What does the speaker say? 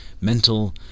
Mental